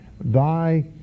thy